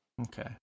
Okay